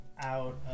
out